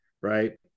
Right